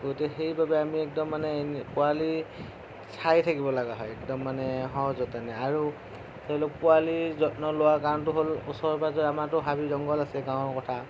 গতিকে সেই বাবে আমি একদম মানে পোৱালি চায়ে থাকিবলগীয়া হয় একদম মানে সযতনে আৰু ধৰি লওক পোৱালি যত্ন লোৱাৰ কাৰণটো হ'ল ওচৰে পাজৰে আমাৰটো হাবি জংঘল আছে গাঁৱৰ কথা